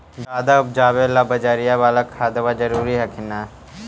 ज्यादा उपजाबे ला बजरिया बाला खदबा जरूरी हखिन न?